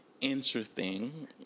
interesting